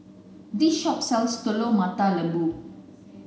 this shop sells telur mata lembu